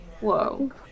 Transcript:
Whoa